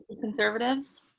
conservatives